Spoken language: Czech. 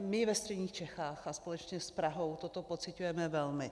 My ve středních Čechách společně s Prahou toto pociťujeme velmi.